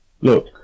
Look